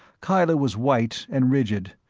kyla was white and rigid,